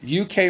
UK